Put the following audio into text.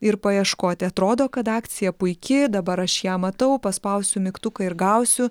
ir paieškoti atrodo kad akcija puiki dabar aš ją matau paspausiu mygtuką ir gausiu